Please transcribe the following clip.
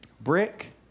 Brick